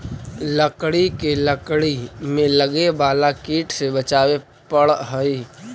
लकड़ी के लकड़ी में लगे वाला कीट से बचावे पड़ऽ हइ